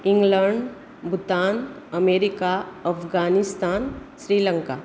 England Bhutan America Afghanistan Sri Lanka